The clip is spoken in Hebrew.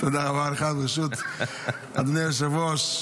תודה רבה לך, אדוני היושב-ראש.